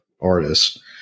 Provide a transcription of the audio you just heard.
artist